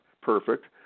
perfect